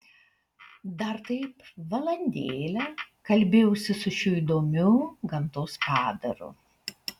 dar taip valandėlę kalbėjausi su šiuo įdomiu gamtos padaru